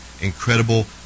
incredible